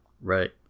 Right